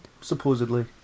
Supposedly